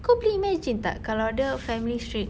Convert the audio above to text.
kau boleh imagine tak kalau ada family strict